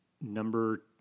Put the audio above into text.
number